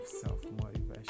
self-motivation